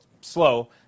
slow